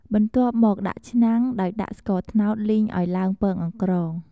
បន្ទាប់មកដាក់ឆ្នាំង ដោយដាក់ស្ករត្នោតលីងឱ្យឡើងពងអង្ក្រង។